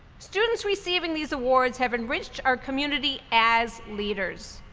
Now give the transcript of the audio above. students receiving these awards have enriched our community as leaders.